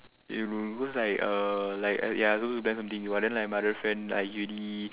yeah bro cause like uh like ya I supposed to plan something but then like another friend already